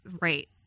right